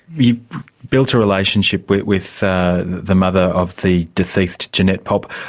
you built a relationship with with the the mother of the deceased, jeanette popp.